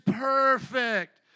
perfect